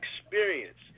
experience